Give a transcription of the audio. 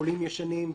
עולים ישנים,